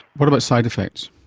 what about side effects?